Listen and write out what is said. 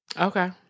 Okay